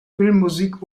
filmmusik